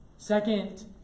Second